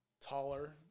taller